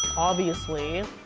obviously.